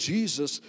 Jesus